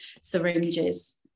syringes